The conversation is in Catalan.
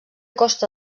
costa